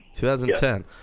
2010